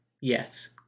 Yes